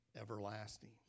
everlasting